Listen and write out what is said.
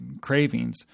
cravings